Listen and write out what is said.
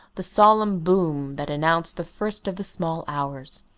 the solemn boom that announced the first of the small hours.